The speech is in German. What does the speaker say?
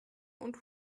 und